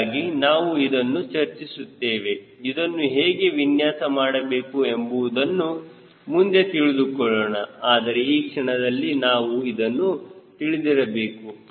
ಹೀಗಾಗಿ ನಾವು ಇದನ್ನು ಚರ್ಚಿಸುತ್ತೇವೆ ಇದನ್ನು ಹೇಗೆ ವಿನ್ಯಾಸ ಮಾಡಬೇಕು ಎಂಬುವುದನ್ನು ಮುಂದೆ ತಿಳಿದುಕೊಳ್ಳೋಣ ಆದರೆ ಈ ಕ್ಷಣದಲ್ಲಿ ನಾವು ಇದನ್ನು ತಿಳಿದಿರಬೇಕು